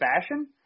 fashion